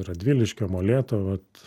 radviliškio molėtų vat